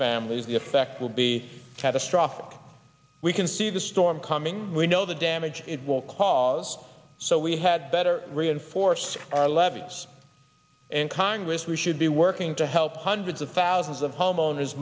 families the effect will be catastrophic we can see the storm coming we know the damage it will cause so we had better reinforce our levees and congress we should be working to help hundreds of thousands of homeowners